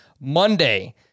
Monday